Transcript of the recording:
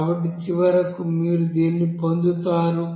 కాబట్టి చివరకు మీరు దీన్ని పొందుతారు